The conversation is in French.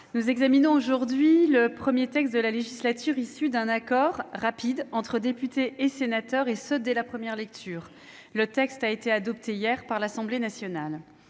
nous examinons aujourd'hui le premier texte de la législature issu d'un accord rapide entre députés et sénateurs, et ce dès la première lecture. Le texte a été adopté hier par l'Assemblée nationale.